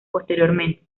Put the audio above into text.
posteriormente